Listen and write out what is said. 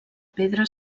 pedra